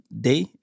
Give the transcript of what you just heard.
day